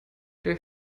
der